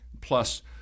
Plus